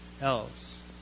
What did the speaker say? else